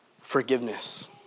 forgiveness